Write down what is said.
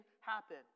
happen